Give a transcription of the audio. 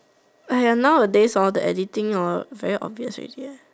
nowadays the editing very obvious already